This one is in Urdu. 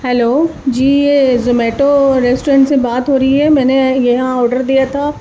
ہیلو جی یہ زومیٹو ریسٹورن سے بات ہو رہی ہے میں نے یہاں آڈر دیا تھا